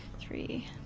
Three